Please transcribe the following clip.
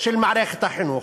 של מערכת החינוך,